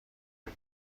اون